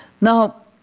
Now